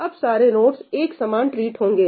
अब सारे नोडस एक समान ट्रीट होगें